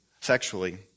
sexually